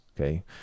Okay